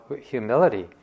humility